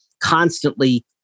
constantly